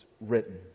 written